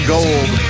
Gold